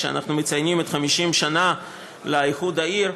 כשאנחנו מציינים 50 שנה לאיחוד העיר,